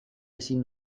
ezin